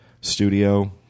studio